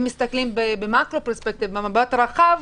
אם מסתכלים במאקרו, במבט רחב,